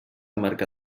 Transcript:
marca